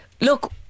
look